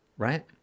Right